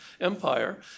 empire